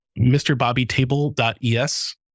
mrbobbytable.es